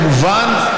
כמובן,